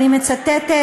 ואני מצטטת,